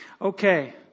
Okay